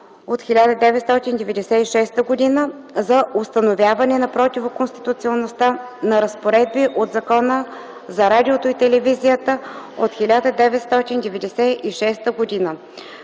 от 1996 г. за установяване на противоконституционността на разпоредби от Закона за радиото и телевизията от 1996 г.,